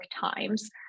Times